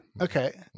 Okay